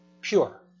Pure